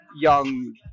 young